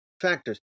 factors